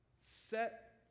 set